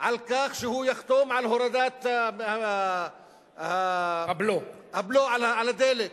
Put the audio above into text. על כך שהוא יחתום על הורדת הבלו על הדלק,